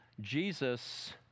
Jesus